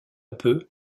peu